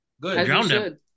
Good